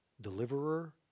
deliverer